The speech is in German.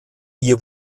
ihr